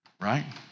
right